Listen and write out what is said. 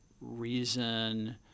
reason